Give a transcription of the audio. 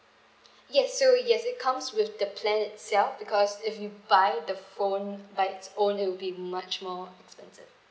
yes so yes it comes with the plan itself because if you buy the phone by its own it'll be much more expensive